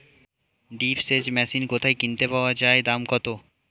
Drip সেচ machine কোথায় কিনতে পাওয়া যায় দাম কত?